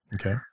Okay